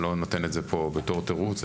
אני לא מביא את זה בתור תירוץ פה,